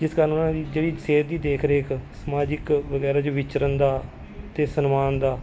ਜਿਸ ਕਾਰਨ ਉਹਨਾਂ ਦੀ ਜਿਹੜੀ ਸਿਹਤ ਦੀ ਦੇਖ ਰੇਖ ਸਮਾਜਿਕ ਵਗੈਰਾ 'ਚ ਵਿਚਰਨ ਦਾ ਅਤੇ ਸਨਮਾਨ ਦਾ